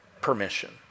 permission